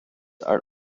are